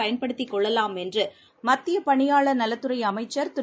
பயன்படுத்திக் கொள்ளலாம் என்றுமத்தியபனியாளர் நலத்துறைஅமைச்சர் திரு